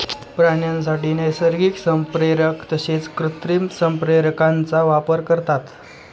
प्राण्यांसाठी नैसर्गिक संप्रेरक तसेच कृत्रिम संप्रेरकांचा वापर करतात